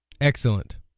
Excellent